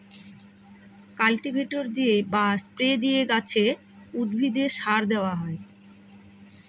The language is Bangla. কাল্টিভেটর দিয়ে বা স্প্রে দিয়ে গাছে, উদ্ভিদে সার দেওয়া হয়